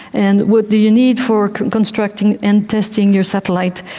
and what do you need for constructing and testing your satellite.